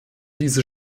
diese